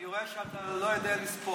אני רואה שאתה לא יודע לספור.